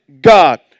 God